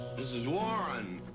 mrs. warren,